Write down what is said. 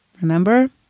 Remember